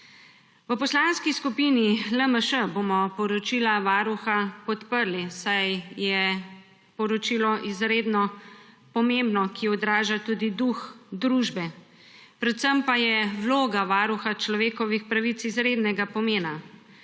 V Poslanski skupini LMŠ bomo poročilo Varuha podprli, saj je poročilo izredno pomembno, odraža tudi duh družbe, predvsem pa je vloga Varuha človekovih pravic izrednega pomena.